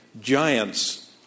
giants